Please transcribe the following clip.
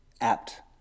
apt